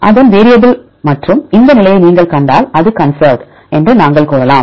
அதன் வேரியபிள் மற்றும் இந்த நிலையை நீங்கள் கண்டால் அது கன்சர்வ்டு என்றும் நாங்கள் கூறலாம்